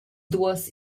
duos